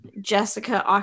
jessica